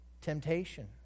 temptation